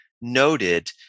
noted